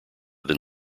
than